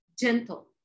gentle